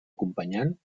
acompanyant